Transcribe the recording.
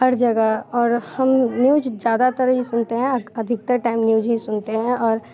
हर जगह और हम न्यूज़ ज़्यादातर ही सुनते हैं अधिकतर टाइम न्यूज़ ही सुनते हैं और